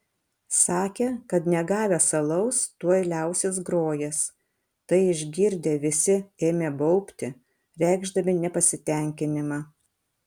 sakė kad negavęs alaus tuoj liausis grojęs tai išgirdę visi ėmė baubti reikšdami nepasitenkinimą